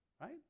right